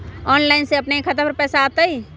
Online से अपने के खाता पर पैसा आ तई?